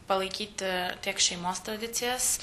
palaikyti tiek šeimos tradicijas